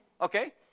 Okay